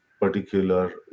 particular